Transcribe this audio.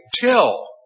till